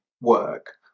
work